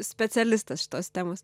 specialistas šitos temos